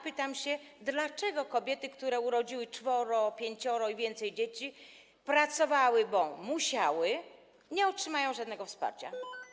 Pytam: Dlaczego kobiety, które urodziły czworo, pięcioro i więcej dzieci, pracowały, bo musiały, nie otrzymają żadnego wsparcia?